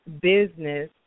business